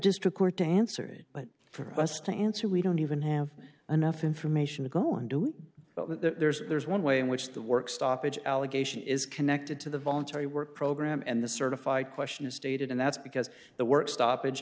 district court to answer it but for us to answer we don't even have enough information to go and do it but there's there's one way in which the work stoppage allegation is connected to the voluntary work program and the certified question is dated and that's because the work stoppage